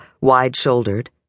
wide-shouldered